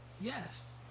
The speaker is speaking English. yes